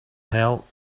help